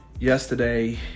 yesterday